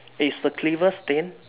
is the cleaver stained